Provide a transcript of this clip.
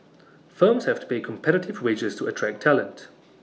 firms have to pay competitive wages to attract talent